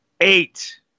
eight